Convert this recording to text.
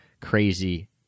crazy